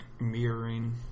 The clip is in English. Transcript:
mirroring